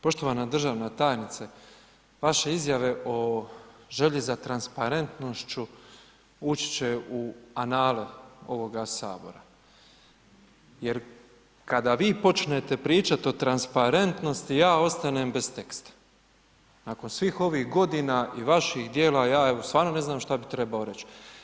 Poštovana državna tajnice, vaš izjave o želje za transparentnošću ući će u anale ovoga Sabora, jer kada vi počnete pričati o transparentnosti, ja ostanem bez teksta, nakon svih ovih godina i vaših dijela, ja, evo stvarno ne znam što bi trebao reći.